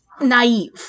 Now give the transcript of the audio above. naive